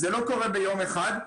זה לא קורה ביום אחד.